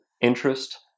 interest